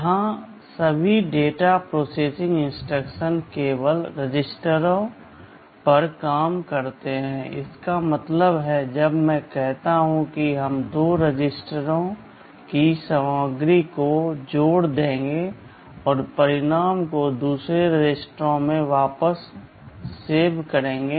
यहां सभी data processing instruction केवल रजिस्टरों पर काम करते हैं इसका मतलब है जब मैं कहता हूं कि हम दो रजिस्टरों की सामग्री को जोड़ देंगे और परिणाम को दूसरे रजिस्टर में वापस संग्रहीत करेंगे